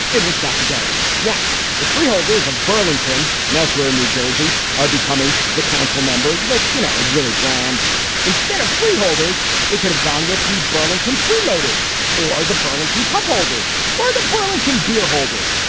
it has got to go now to freeholders of burlington and elsewhere in new jersey are becoming the council members, which, you know, is really bland instead of freeholders. they could have gone with the burlington freeloaders or the burlington cup holders or the burlington beer holders,